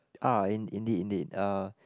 ah in~ indeed indeed uh